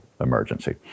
emergency